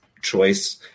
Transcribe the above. choice